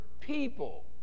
People